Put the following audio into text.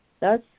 thus